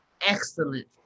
excellent